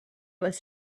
was